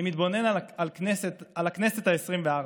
אני מתבונן על הכנסת העשרים-וארבע,